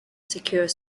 secure